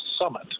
Summit